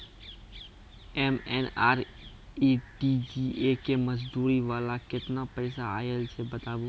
MNREGA के मज़दूरी वाला केतना पैसा आयल छै बताबू?